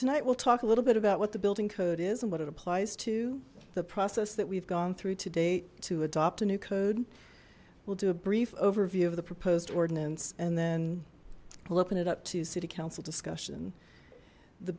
tonight we'll talk a little bit about what the building code is and what it applies to the process that we've gone through to date to adopt a new code we'll do a brief overview of the proposed ordinance and then we'll open it up to city council discussion the